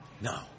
No